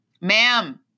Ma'am